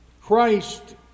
Christ